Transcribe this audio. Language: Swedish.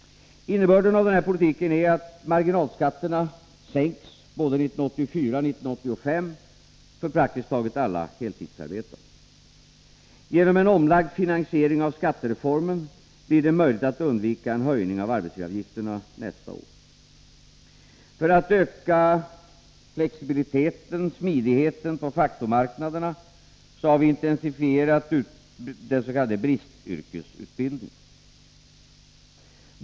Innebörden av denna politik är att marginalskatterna sänks både 1984 och 1985 för praktiskt taget alla heltidsarbetande. Genom en omlagd finansiering av skattereformen blir det möjligt att undvika en höjning av arbetsgivaravgifterna nästa år. För att öka flexibiliteten, smidigheten, på faktormarknaderna har vi intensifierat den s.k. bristyrkesutbildningen.